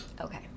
Okay